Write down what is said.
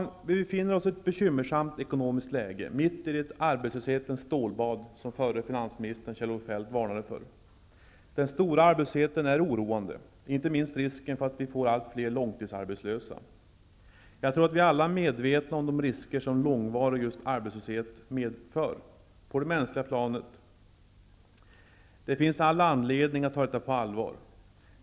Vi befinner oss i ett bekymmersamt ekonomiskt läge, mitt i det ''arbetslöshetens stålbad'' som förre finansministern Kjell-Olof Feldt varnade för. Den stora arbetslösheten är oroande, inte minst risken för att allt fler blir långtidsarbetslösa. Jag tror att vi alla är medvetna om de risker som långvarig arbetslöshet medför på det mänskliga planet. Det finns all anledning att ta detta på allvar.